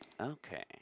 Okay